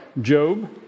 Job